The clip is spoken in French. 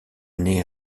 n’ai